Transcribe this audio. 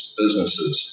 businesses